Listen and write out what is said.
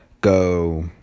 go